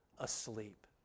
asleep